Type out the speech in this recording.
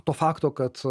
to fakto kad